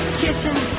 kissing